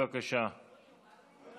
אתם